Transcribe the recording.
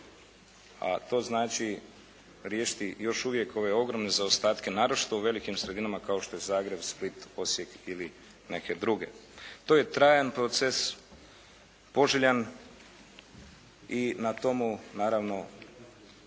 a to znači riješiti još uvijek ove ogromne zaostatke, naročito u velikim sredinama kao što je Zagreb, Split, Osijek ili neke druge. To je trajan proces, poželjan i na tomu naravno